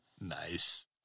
Nice